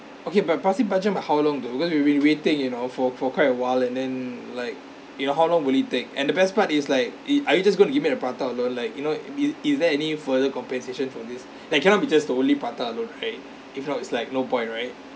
okay but pasir panjang but how long though because we we waited you know for for quite awhile and then like you know how long will it take and the best part is like it are you just going to give me a prata alone like you know is is there any further compensation for this like cannot be just the only prata alone right it not it's like no point right